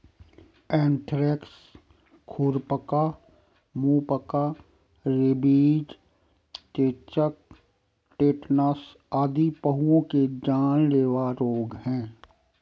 anthrax, खुरपका, मुहपका, rabies, चेचक, टेटनस आदि पहुओं के जानलेवा रोग हैं